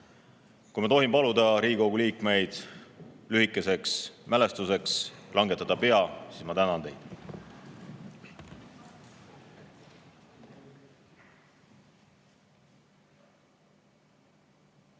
Kui ma tohin paluda Riigikogu liikmeid lühikeseks mälestushetkeks langetada pea, siis ma tänan teid.